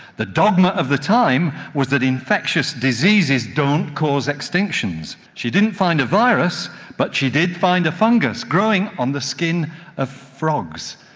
the dogma of the time was that infectious diseases don't cause extinctions. she didn't find a virus but she did find a fungus growing on the skin of frogs,